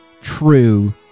true